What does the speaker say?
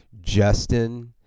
Justin